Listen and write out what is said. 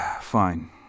fine